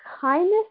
kindness